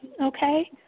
okay